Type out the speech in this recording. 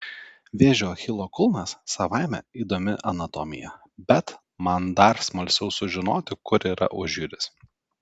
vėžio achilo kulnas savaime įdomi anatomija bet man dar smalsiau sužinoti kur yra užjūris